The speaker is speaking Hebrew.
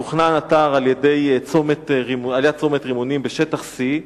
מתוכנן אתר על יד צומת רימונים בשטח C,